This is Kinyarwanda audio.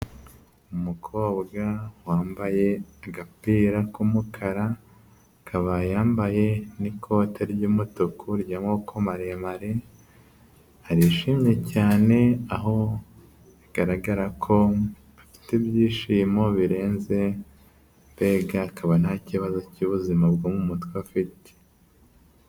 Umukobwa wambaye agapira k'umukara, akaba yambaye n'ikote ry'umutuku ry'amaboko maremare, arishimye cyane aho bigaragara ko afite ibyishimo birenze, mbega akaba nta kibazo cy'ubuzima bwo mu mutwe afite.